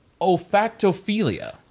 olfactophilia